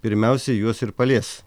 pirmiausiai juos ir palies